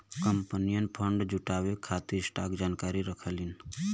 कंपनियन फंड जुटावे खातिर स्टॉक जारी करलीन